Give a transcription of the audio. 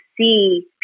see